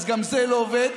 אז גם זה לא עובד.